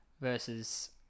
versus